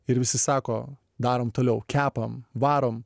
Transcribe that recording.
ir visi sako darom toliau kepam varom